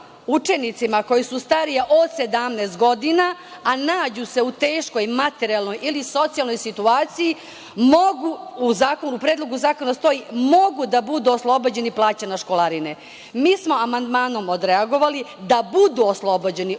učenici koji su stariji od 17 godina, a nađu se u teškoj materijalnoj ili socijalnoj situaciji, u Predlogu zakona stoji - mogu da budu oslobođeni plaćanja školarine. Mi smo amandmanom odreagovali da budu oslobođeni pod